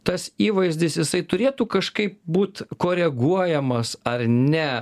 tas įvaizdis jisai turėtų kažkaip būt koreguojamas ar ne